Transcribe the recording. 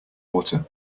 water